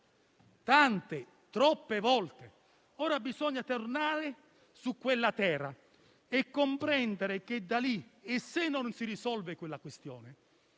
tante, troppe volte. Ora bisogna tornare su quella terra e comprendere che, se lì non si risolve quella questione,